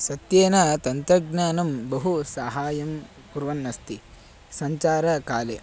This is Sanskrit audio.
सत्येन तन्त्रज्ञानं बहु सहाय्यं कुर्वन्नस्ति सञ्चारकाले